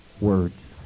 words